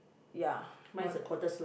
ya more the